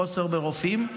חוסר ברופאים.